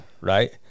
right